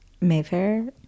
mayfair